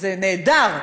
זה נהדר,